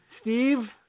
Steve